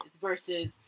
versus